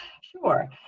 Sure